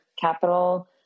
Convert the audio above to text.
capital